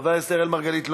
חבר הכנסת אראל מרגלית,